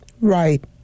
Right